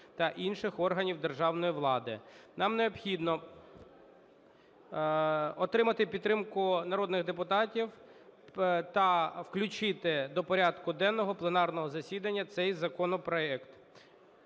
та інших органів державної влади). Нам необхідно отримати підтримку народних депутатів та включити до порядку денного пленарного засідання цей законопроект.